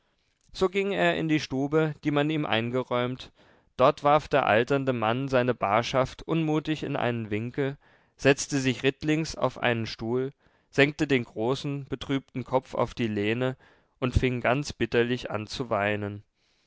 so ging er in die stube die man ihm eingeräumt dort warf der alternde mann seine barschaft unmutig in einen winkel setzte sich rittlings auf einen stuhl senkte den großen betrübten kopf auf die lehne und fing ganz bitterlich an zu weinen